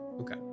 Okay